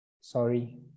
Sorry